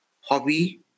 hobby